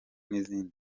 n’izindi